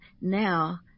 now